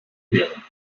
durchqueren